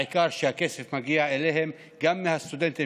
העיקר שהכסף מגיע אליהם גם מהסטודנטים,